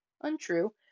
untrue